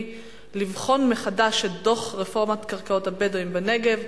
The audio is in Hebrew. יעקב עמידרור לבחון מחדש את דוח רפורמת קרקעות הבדואים בנגב,